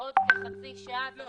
בעוד כחצי שעה.